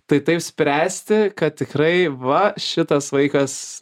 tai taip spręsti kad tikrai va šitas vaikas